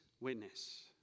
witness